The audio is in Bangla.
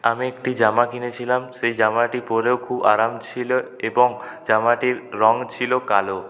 আমি একটি জামা কিনেছিলাম সেই জামাটি পরেও খুব আরাম ছিল এবং জামাটির রঙ ছিল কালো